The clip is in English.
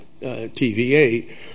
TVA